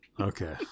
Okay